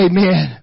Amen